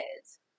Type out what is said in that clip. kids